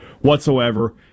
whatsoever